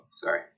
sorry